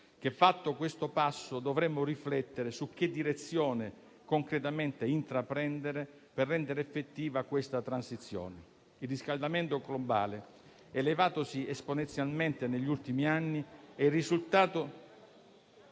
che, fatto questo passo, dovremo riflettere su che direzione concretamente intraprendere per rendere effettiva questa transizione. Il riscaldamento globale, elevatosi esponenzialmente negli ultimi anni, è il risultato